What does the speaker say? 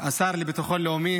עלה לכאן השר לביטחון לאומי